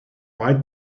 white